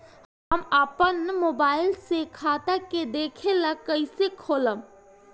हम आपन मोबाइल से खाता के देखेला कइसे खोलम?